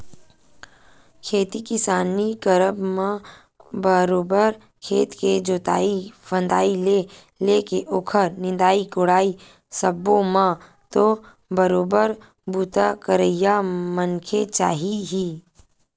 खेती किसानी करब म बरोबर खेत के जोंतई फंदई ले लेके ओखर निंदई कोड़ई सब्बो म तो बरोबर बूता करइया मनखे चाही ही